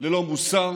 ללא מוסר